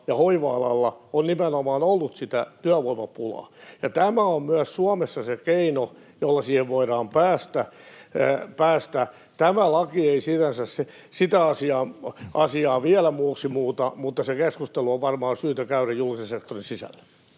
ja hoiva-alalla on nimenomaan ollut sitä työvoimapulaa. Tämä on myös Suomessa se keino, jolla siihen voidaan päästä. Tämä laki ei sinänsä sitä asiaa vielä muuksi muuta, mutta se keskustelu on varmaan syytä käydä julkisen sektorin sisällä.